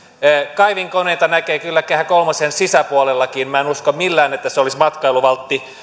kaivinkoneita näkee kyllä kehä kolmosen sisäpuolellakin minä en usko millään että se olisi matkailuvaltti